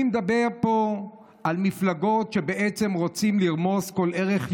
אני מדבר פה על מפלגות שבעצם רוצות לרמוס כל ערך יהודי,